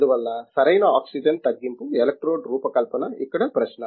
అందువల్ల సరైన ఆక్సిజన్ తగ్గింపు ఎలక్ట్రోడ్ రూపకల్పన ఇక్కడ ప్రశ్న